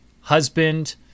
husband